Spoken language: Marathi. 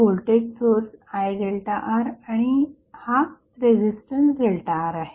हा व्होल्टेज सोर्स IΔRआणि हा रेझिस्टन्स ΔR आहे